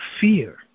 fear